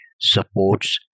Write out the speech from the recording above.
supports